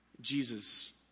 Jesus